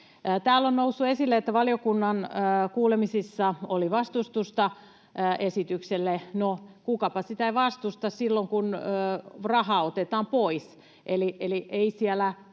Täällä on noussut esille, että valiokunnan kuulemisissa oli vastustusta esitykselle. No, kukapa sitä ei vastusta silloin, kun rahaa otetaan pois. Eli ei siellä